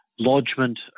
lodgement